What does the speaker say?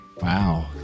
Wow